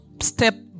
step